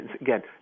again